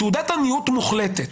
תעודת עניות מוחלטת.